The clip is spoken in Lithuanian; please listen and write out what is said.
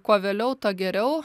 kuo vėliau tuo geriau